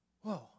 Whoa